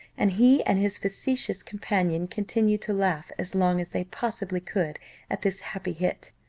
and he and his facetious companion continued to laugh as long as they possibly could at this happy hit.